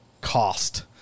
cost